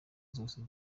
zose